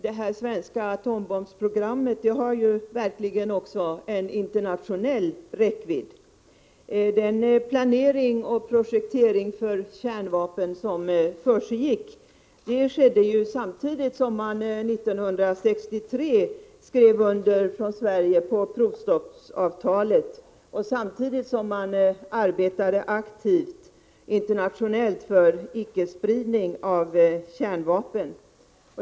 Det svenska atombombsprogrammet är ju ett spörsmål som verkligen har också internationell räckvidd. Den planering och projektering för kärnvapen som försiggick skedde ju samtidigt som Sverige 1963 skrev under provstoppsavtalet och samtidigt som man arbetade aktivt internationellt för icke-spridning av kärnvapen.